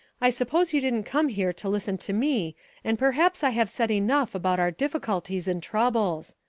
i suppose you didn't come here to listen to me and perhaps i have said enough about our difficulties and troubles.